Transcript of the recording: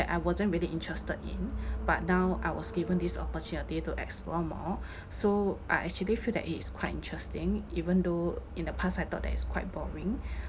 I wasn't really interested in but now I was given this opportunity to explore more so I actually feel that it is quite interesting even though in the past I thought that it's quite boring